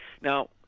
Now